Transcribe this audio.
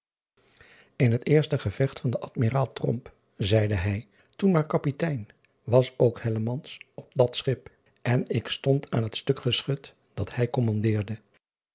n het eerste gevecht van den dmiraal zeide hij toen maar kapitein was ook op dat schip n ik stond aan het stuk geschut dat hij